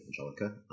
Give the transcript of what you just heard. Angelica